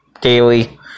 Daily